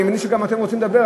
אני מבין שגם אתם רוצים לדבר,